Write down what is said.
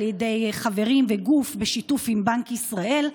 על ידי חברים וגוף, בשיתוף עם בנק ישראל.